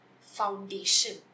foundation